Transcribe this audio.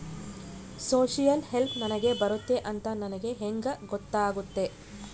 Social help ನನಗೆ ಬರುತ್ತೆ ಅಂತ ನನಗೆ ಹೆಂಗ ಗೊತ್ತಾಗುತ್ತೆ?